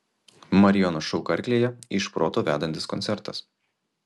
marijono šou karklėje iš proto vedantis koncertas